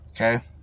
Okay